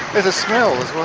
there's a smell as